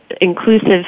inclusive